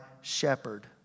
shepherd